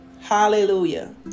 Hallelujah